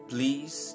Please